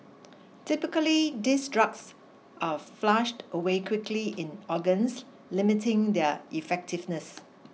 typically these drugs are flushed away quickly in organs limiting their effectiveness